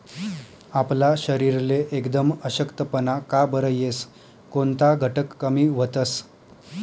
आपला शरीरले एकदम अशक्तपणा का बरं येस? कोनता घटक कमी व्हतंस?